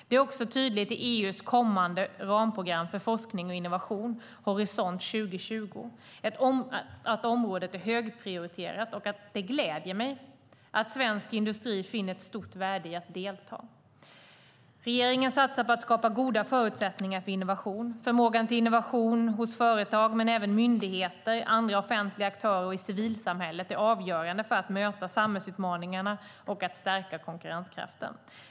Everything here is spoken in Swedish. Det är också tydligt i EU:s kommande ramprogram för forskning och innovation, Horisont 2020, att området är högprioriterat, och det gläder mig att svensk industri finner ett stort värde i att delta. Regeringen satsar på att skapa goda förutsättningar för innovation. Förmågan till innovation hos företag, men även hos myndigheter, andra offentliga aktörer och i civilsamhället är avgörande för att möta samhällsutmaningarna och stärka konkurrenskraften.